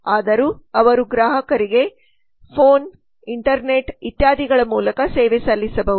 ಆದರೂ ಅವರು ಗ್ರಾಹಕರಿಗೆ ಫೋನ್ ಇಂಟರ್ನೆಟ್ ಇತ್ಯಾದಿಗಳ ಮೂಲಕ ಸೇವೆ ಸಲ್ಲಿಸಬಹುದು